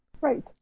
Right